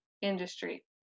industry